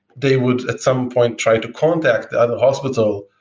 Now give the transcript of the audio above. they would at some point try to contact the other hospital,